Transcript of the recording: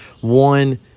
one